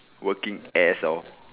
working as of